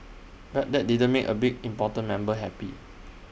but that didn't make A big important member happy